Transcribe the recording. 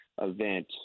event